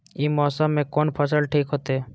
ई मौसम में कोन फसल ठीक होते?